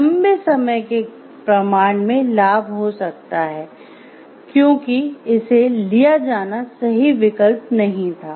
लंबे समय के प्रमाण में लाभ हो सकता है क्योंकि इसे लिया जाना सही विकल्प नहीं था